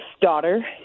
daughter